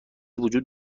وجود